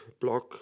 block